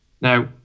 Now